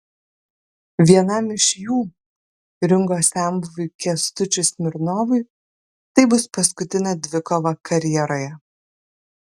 vienam iš jų ringo senbuviui kęstučiui smirnovui tai bus paskutinė dvikova karjeroje